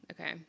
Okay